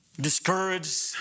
discouraged